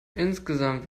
insgesamt